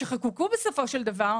שחוקקו בסופו של דבר,